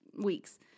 weeks